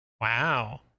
wow